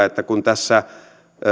että kun tässä